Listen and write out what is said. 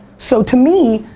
so to me,